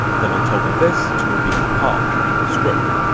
then i'll toggle this to reveal the path and stroke.